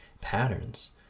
patterns